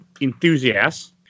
enthusiasts